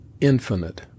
infinite